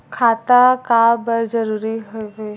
खाता का बर जरूरी हवे?